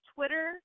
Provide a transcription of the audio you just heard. Twitter